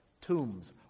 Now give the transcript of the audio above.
tombs